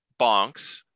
bonks